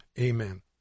Amen